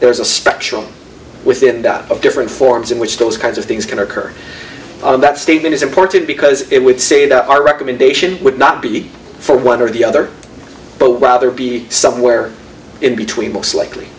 there's a spectrum within that of different forms in which those kinds of things can occur and that statement is important because it would say that our recommendation would not be for one or the other but rather be somewhere in between most likely